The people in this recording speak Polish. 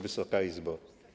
Wysoka Izbo!